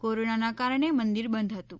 કોરોનાના કારણે મંદિર બંધ હતું